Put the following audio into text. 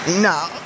No